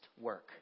work